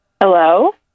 Hello